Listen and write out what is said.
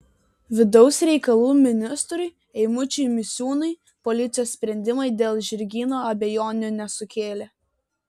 vidaus reikalų ministrui eimučiui misiūnui policijos sprendimai dėl žirgyno abejonių nesukėlė